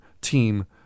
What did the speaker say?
team